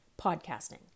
podcasting